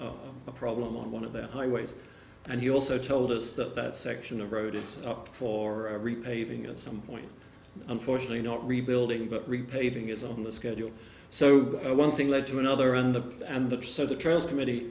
about a problem on one of the highways and he also told us that that section of road is up for every paving at some point unfortunately not rebuilding but repaving is on the schedule so one thing led to another and the and the so the trails committee